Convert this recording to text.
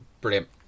brilliant